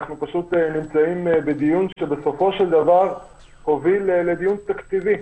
אנחנו פשוט נמצאים בדיון שבסופו של דבר הוביל לדיון תקציבי.